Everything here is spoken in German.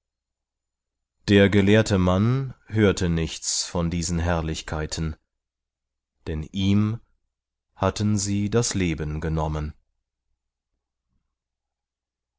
der gelehrte mann hörte nichts von diesen herrlichkeiten denn ihm hatten sie das leben genommen